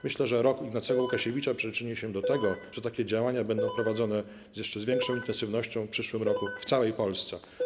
Myślę, że rok Ignacego Łukasiewicza przyczyni się do tego, że takie działania będą prowadzone z jeszcze większą intensywnością w przyszłym roku w całej Polsce.